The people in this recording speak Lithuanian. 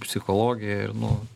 psichologija ir nu